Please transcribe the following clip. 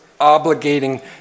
obligating